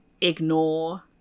ignore